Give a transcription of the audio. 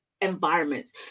environments